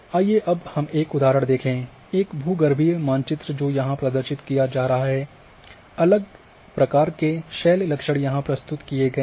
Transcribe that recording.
आइए अब हम एक उदाहरण देखें एक भू गर्भीय मानचित्र जो यहां प्रदर्शित किया जा रहा है अलग प्रकार के शैल लक्षण यहां प्रस्तुत किए गए हैं